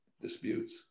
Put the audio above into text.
disputes